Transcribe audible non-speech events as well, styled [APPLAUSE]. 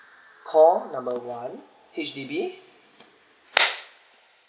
call number one H_D_B [NOISE]